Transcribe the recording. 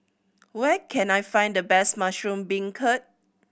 where can I find the best mushroom beancurd